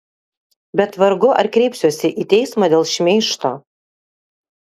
bet vargu ar kreipsiuosi į teismą dėl šmeižto